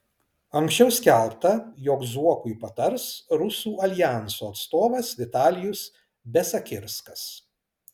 anksčiau skelbta jog zuokui patars rusų aljanso atstovas vitalijus besakirskas